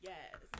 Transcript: Yes